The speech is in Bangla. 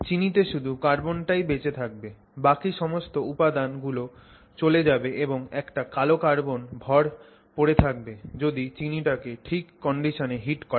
চিনিতে শুধু কার্বনটাই বেচে থাকবে বাকি সমস্ত উপাদান গুলো চলে যাবে এবং একটা কালো কার্বন ভর পড়ে থাকবে যদি চিনিটাকে ঠিক কন্ডিশনে হিট করা হয়